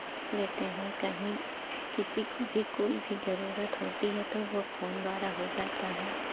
लेते हैं कहीं किसी को भी कोई भी ज़रूरत होती है तो वो फ़ोन द्वारा हो जाता है